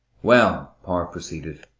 well, power proceeded,